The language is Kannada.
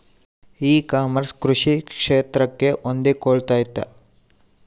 ಇ ಕಾಮರ್ಸ್ ಕೃಷಿ ಕ್ಷೇತ್ರಕ್ಕೆ ಹೊಂದಿಕೊಳ್ತೈತಾ?